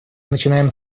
начинаем